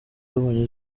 yabonye